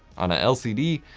on a lcd,